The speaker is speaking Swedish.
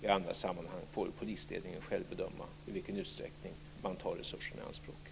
I andra sammanhang får polisledningen själv bedöma i vilken utsträckning man vill ta resurserna i anspråk.